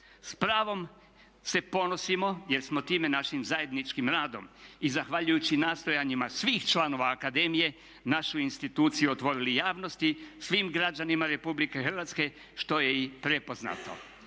S pravom se ponosimo jer smo time našim zajedničkim radom i zahvaljujući nastojanjima svih članovima akademije našu instituciju otvorili javnosti, svim građanima Republike Hrvatske što je i prepoznato.